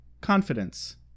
confidence